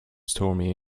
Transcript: stormy